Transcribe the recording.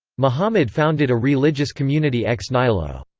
mohammad founded a religious community ex nihilo.